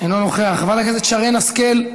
אינו נוכח, חברת הכנסת שרן השכל,